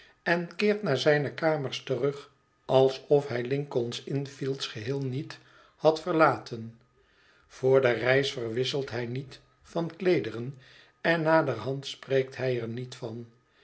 en keert naar zijne kamers terug alsof hij lincoln's inn fields geheel niet had verlaten voor de reis verwisselt hij niet van kleederen en naderhand spreekt hij er niet van